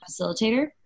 facilitator